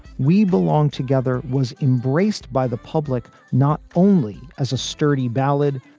we belong together, was embraced by the public not only as a sturdy ballad,